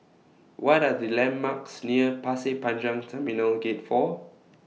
What Are The landmarks near Pasir Panjang Terminal Gate four